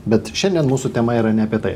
bet šiandien mūsų tema yra ne apie tai